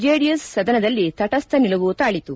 JDS ಸದನದಲ್ಲಿ ತಟಸ್ವ ನಿಲುವು ತಾಳಿತು